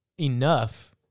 enough